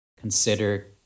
consider